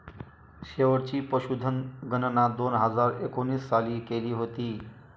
शेवटची पशुधन गणना दोन हजार एकोणीस साली केली होती